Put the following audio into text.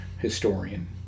historian